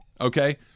Okay